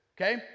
Okay